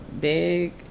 big